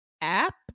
app